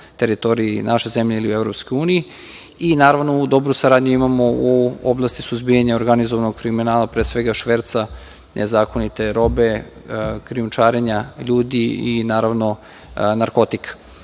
teritoriji naše zemlje ili u EU. Naravno, dobru saradnju imamo u oblasti suzbijanja organizovanog kriminala, pre svega, šverca nezakonite robe, krijumčarenja ljudi i naravno narkotika. Što